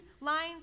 lines